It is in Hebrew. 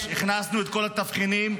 הכנסנו את כל התבחינים,